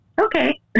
okay